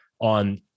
on